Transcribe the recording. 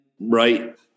right